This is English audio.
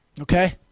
Okay